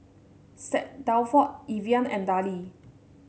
Saint Dalfour Evian and Darlie